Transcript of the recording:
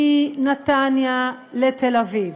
מנתניה לתל אביב,